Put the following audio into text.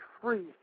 free